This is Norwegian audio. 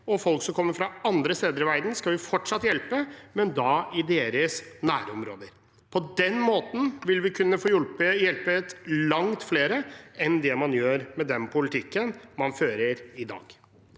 Folk som kommer fra andre steder i verden, skal vi fortsatt hjelpe, men da i deres nærområder. På den måten vil vi kunne få hjulpet langt flere enn det man gjør med den politikken man fører i dag.